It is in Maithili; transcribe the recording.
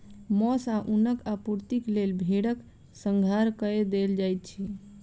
मौस आ ऊनक आपूर्तिक लेल भेड़क संहार कय देल जाइत अछि